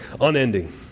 unending